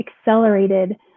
accelerated